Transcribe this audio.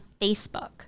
facebook